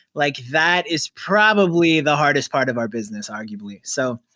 like that is probably the hardest part of our business, arguably. so,